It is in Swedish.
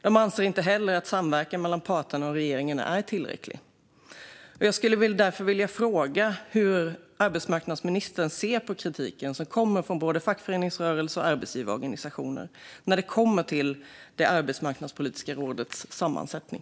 LO anser också att samverkan mellan parterna och regeringen är otillräcklig. Hur ser arbetsmarknadsministern på kritiken från både fackföreningsrörelse och arbetsgivarorganisationer mot det arbetsmarknadspolitiska rådets sammansättning?